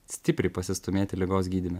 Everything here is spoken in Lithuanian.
stipriai pasistūmėti ligos gydyme